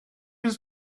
his